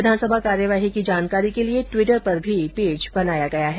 विधानसभा कार्यवाही की जानकारी के लिए टवीटर पर भी पेज बनाया गया है